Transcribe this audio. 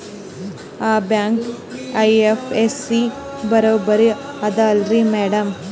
ಆ bank IFSC ಬರೊಬರಿ ಅದಲಾರಿ ಮ್ಯಾಡಂ?